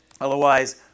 Otherwise